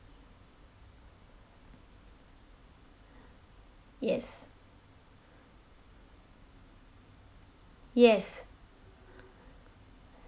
yes yes